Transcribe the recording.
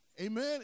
Amen